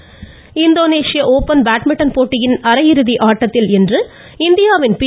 badminton Indonesia open badminton போட்டியின் அரையிறுதி ஆட்டத்தில் இன்று இந்தியாவின் பி